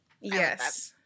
Yes